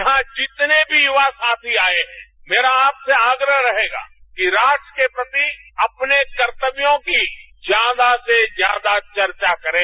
यहां जितने भी यूवा साथी आएं हैं मेरा आपसे आग्रह रहेगा कि राष्ट्र के प्रति अपने कर्तव्यों की ज्यादा से ज्यादा चर्चा करें